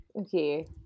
Okay